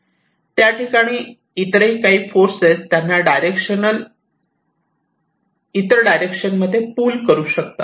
त्या ठिकाणी इतरही काही फॉर्सेस त्यांना इतर डायरेक्शन मध्ये पूल करू शकतात